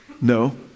No